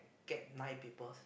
get nine peoples